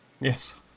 Yes